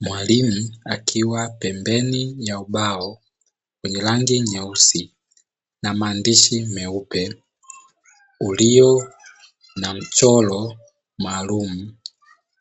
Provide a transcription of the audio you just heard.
Mwalimu akiwa pembeni ya ubao wenye rangi nyeusi na maandishi meupe ulio na mchoro maalum